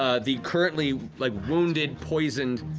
ah the currently like wounded, poisoned